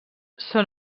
són